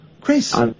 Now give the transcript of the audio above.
Chris